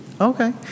Okay